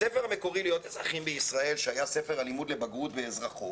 המקורי, שהיה ספר הלימוד לבגרות ואזרחות,